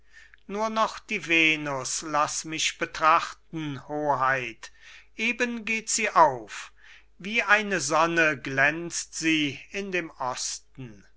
nur noch die venus laß mich betrachten hoheit eben geht sie auf wie eine sonne glänzt sie in dem osten